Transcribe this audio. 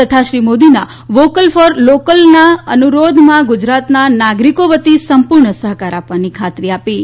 આ સાથે શ્રી મોદીના વોકલ ફોર લોકલ થવાના અનુરોધમાં ગુજરાતના નાગરિકો વતી સંપૂર્ણ સહકાર આપવાની ખાતરી આપી છે